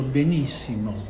benissimo